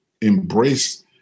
embrace